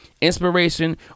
inspiration